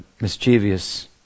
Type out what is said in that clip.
mischievous